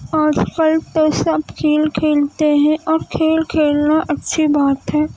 اور پھل پہ سب کھیل کھیلتے ہیں اور کھیل کھیلنا اچھی بات ہے